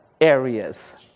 areas